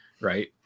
Right